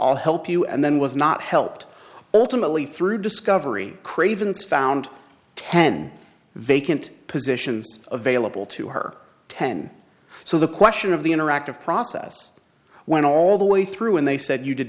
i'll help you and then was not helped ultimately through discovery craven's found ten vacant positions available to her ten so the question of the interactive process went all the way through and they said you did